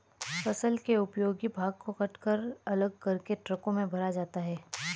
फसल के उपयोगी भाग को कटकर अलग करके ट्रकों में भरा जाता है